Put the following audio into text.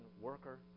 worker